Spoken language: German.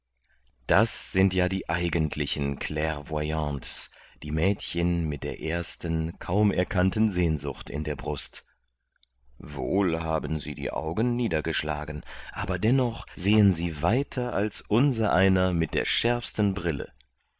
das sind ja die eigentlichen clairvoyantes die mädchen mit der ersten kaum erkannten sehnsucht in der brust wohl haben sie die augen niedergeschlagen aber dennoch sehen sie weiter als unsereiner mit der schärfsten brille